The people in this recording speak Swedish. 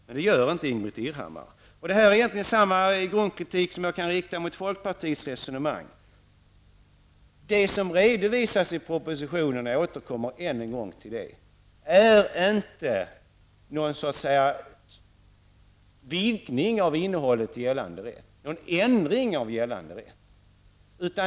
Men det gör hon inte. Det är samma grundkritik som jag kan rikta mot folkpartiets resonemang. Det som redovisas i propositionen -- jag återkommer än en gång till det -- är inte någon vinkling av innehållet i gällande rätt, någon ändring av gällande rätt.